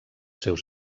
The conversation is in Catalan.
seus